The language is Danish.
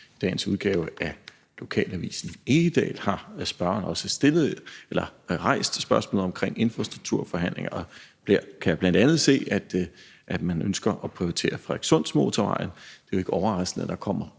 i dagens udgave af Lokalavisen Egedal også har rejst spørgsmålet omkring infrastrukturforhandlinger, og der kan jeg bl.a. se, at man ønsker at prioritere Frederikssundsmotorvejen. Det er jo ikke overraskende, at der kommer